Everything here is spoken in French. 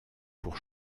pour